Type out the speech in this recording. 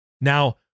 Now